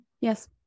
yes